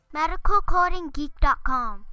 MedicalCodingGeek.com